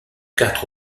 quatre